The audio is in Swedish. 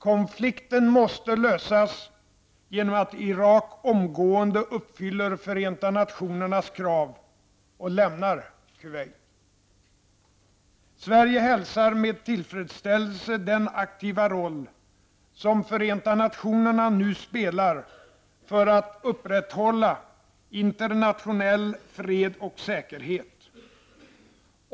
Konflikten måste lösas genom att Irak omgående uppfyller Förenta nationernas krav och lämnar Sverige hälsar med tillfredsställelse den aktiva roll som Förenta nationerna nu spelar för att upprätthålla internationell fred och säkerhet.